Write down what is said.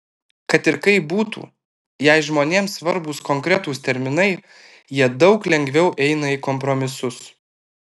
kad ir kaip būtų jei žmonėms svarbūs konkretūs terminai jie daug lengviau eina į kompromisus